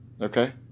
Okay